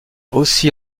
aussi